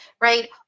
right